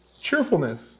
cheerfulness